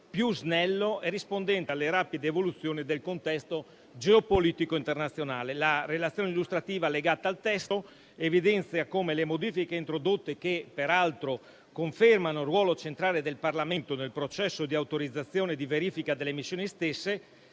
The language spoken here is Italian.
più snello e rispondente alla rapida evoluzione del contesto geopolitico internazionale. La relazione illustrativa, allegata al testo, evidenzia come le modifiche introdotte, che peraltro confermano il ruolo centrale del Parlamento nel processo di autorizzazione e di verifica delle missioni stesse,